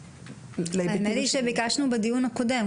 האמת היא שביקשנו בדיון הקודם.